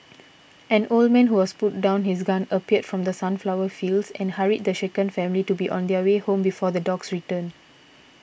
an old man who was putting down his gun appeared from the sunflower fields and hurried the shaken family to be on their way before the dogs return